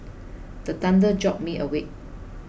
the thunder jolt me awake